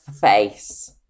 face